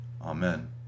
Amen